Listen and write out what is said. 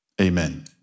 Amen